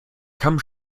kamm